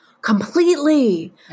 Completely